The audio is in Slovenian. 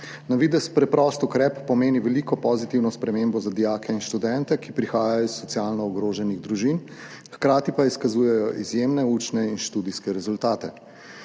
Na videz preprost ukrep pomeni veliko pozitivno spremembo za dijake in študente, ki prihajajo iz socialno ogroženih družin, hkrati pa izkazujejo izjemne učne in študijske rezultate.